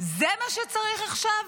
זה מה שצריך עכשיו?